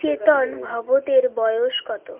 চেতন ভগতের বয়স কত